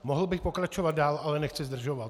Mohl bych pokračovat dál, ale nechci zdržovat.